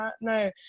No